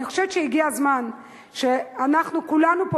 אני חושבת שהגיע הזמן שאנחנו כולנו פה